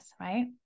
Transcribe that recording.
right